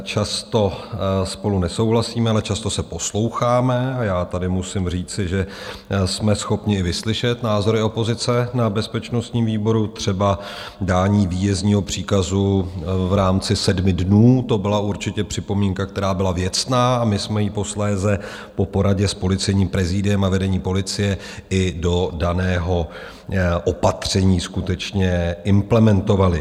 Často spolu nesouhlasíme, ale často se posloucháme, a já tady musím říci, že jsme schopni i vyslyšet názory opozice na bezpečnostním výboru, třeba dání výjezdního příkazu v rámci 7 dnů, to byla určitě připomínka, která byla věcná, a my jsme ji posléze po poradě s policejním prezidiem a vedením policie i do daného opatření skutečně implementovali.